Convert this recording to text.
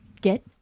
get